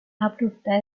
abrupta